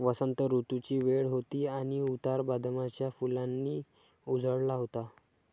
वसंत ऋतूची वेळ होती आणि उतार बदामाच्या फुलांनी उजळला होता